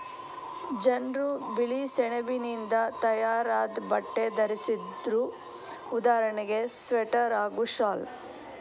ಜನ್ರು ಬಿಳಿಸೆಣಬಿನಿಂದ ತಯಾರಾದ್ ಬಟ್ಟೆ ಧರಿಸ್ತಿದ್ರು ಉದಾಹರಣೆಗೆ ಸ್ವೆಟರ್ ಹಾಗೂ ಶಾಲ್